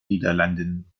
niederlanden